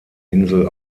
insel